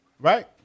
Right